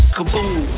Kaboom